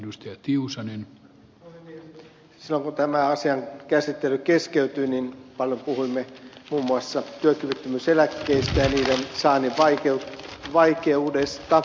silloin kun tämän asian käsittely keskeytyi niin paljon puhuimme muun muassa työkyvyttömyyseläkkeistä ja niiden saannin vaikeudesta